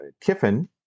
Kiffin